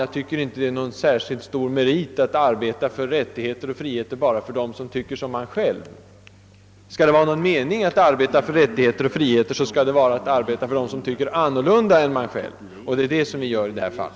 Jag tycker inte att det är särskilt meriterande att bara arbeta för rättigheter och friheter för dem som tycker som man själv. Skall det vara någon mening i att arbeta för rättigheter och friheter, skall dessa också avse dem som tycker annorlunda än man själv gör, och det är så vi arbetar 1 detta fall.